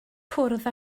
cwrdd